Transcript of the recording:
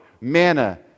manna